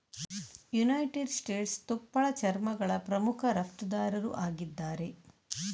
United States ತುಪ್ಪಳ ಚರ್ಮಗಳ ಪ್ರಮುಖ ರಫ್ತುದಾರರು ಆಗಿದ್ದಾರೆ